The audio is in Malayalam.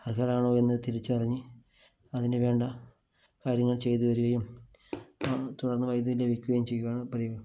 അർഹരാണോ എന്ന് തിരിച്ചറിഞ്ഞ് അതിന് വേണ്ട കാര്യങ്ങൾ ചെയ്ത് തരികയും തുടർന്ന് വൈദ്യുതി ലഭിക്കുകയും ചെയ്യുകയാണ് പതിവ്